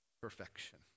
perfection